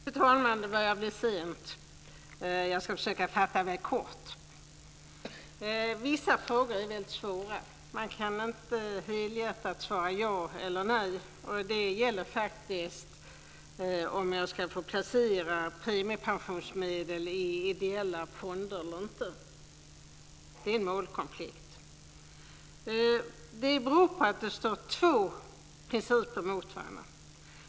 Fru talman! Det börjar bli sent, och jag ska försöka fatta mig kort. Vissa frågor är svåra. Man kan inte helhjärtat svara ja eller nej. Detta gäller frågan om jag ska få placera premiepensionsmedel i ideella fonder eller inte. Det är en målkonflikt. Det står två principer mot varandra.